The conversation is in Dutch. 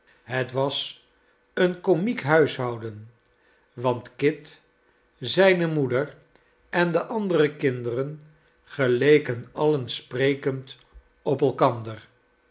het was een komiek huishouden want kit zijne moeder en de andere kinderen geleken alien sprekend op elkander